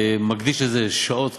מקדיש לזה שעות רבות,